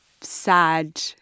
sad